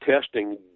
testing